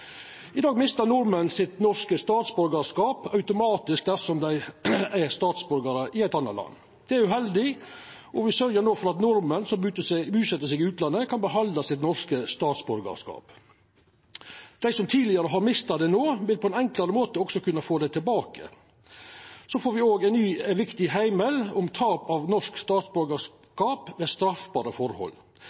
I dag mister nordmenn sitt norske statsborgarskap automatisk dersom dei er statsborgarar i eit anna land. Dette er uheldig, og me sørgjer no for at nordmenn som buset seg i utlandet, kan behalda sitt norske statsborgarskap. Dei som tidlegare har mista det, vil no på ein enklare måte òg kunna få det tilbake. Vi får òg ein ny viktig heimel om tap av norsk statsborgarskap ved straffbare forhold.